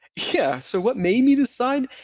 yeah, so what made me decide?